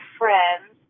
friends